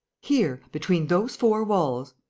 here, between those four walls.